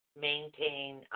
maintain